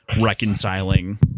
reconciling